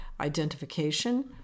identification